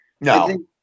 No